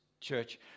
church